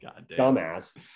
Dumbass